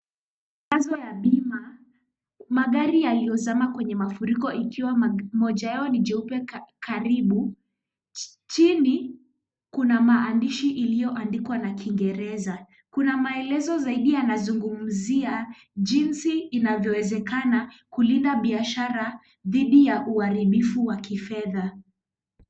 Tangazo ya bima. Magari yaliozama kwenye mafuriko ikiwa moja yao ni jeupe karibu. Chini kuna maandishi iliyoandkiwa na kingereza. Kuna maelezo zaidi yana zungumzia jinsi inavyowezekana kulinda biashara dhidi ya uharibifu wa kifedha.